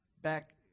Back